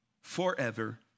forever